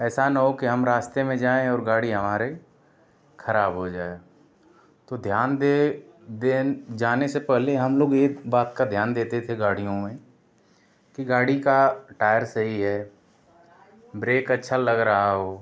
ऐसा न हो कि हम रास्ते में जाएँ और गाड़ी हमारे खराब हो जाए तो ध्यान दे देन जाने से पहले हम लोग एक बात का ध्यान देते थे गाड़ियों में कि गाड़ी का टायर सही है ब्रेक अच्छा लग रहा हो